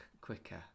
quicker